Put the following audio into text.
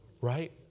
Right